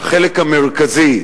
בחלק המרכזי,